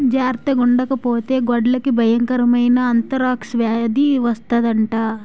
జార్తగుండకపోతే గొడ్లకి బయంకరమైన ఆంతరాక్స్ వేది వస్తందట